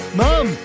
mom